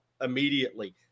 immediately